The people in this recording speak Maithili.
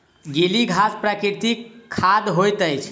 गीली घास प्राकृतिक खाद होइत अछि